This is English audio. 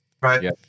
Right